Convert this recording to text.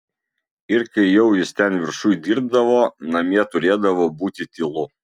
ir kai jau jis ten viršuj dirbdavo namie turėdavo būti tylu